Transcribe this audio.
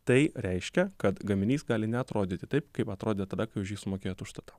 tai reiškia kad gaminys gali neatrodyti taip kaip atrodė tada kai už jį sumokėjot užstatą